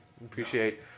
appreciate